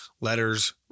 letters